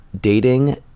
dating